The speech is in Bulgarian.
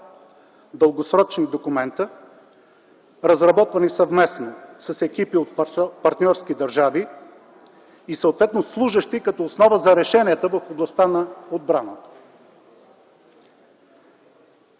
дългосрочни документа, разработвани съвместно с екипи от партньорски държави, съответно служещи като основа за решенията в областта на отбраната.